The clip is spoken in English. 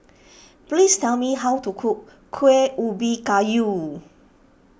please tell me how to cook Kueh Ubi Kayu